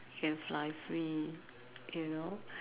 can fly free you know